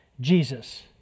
Jesus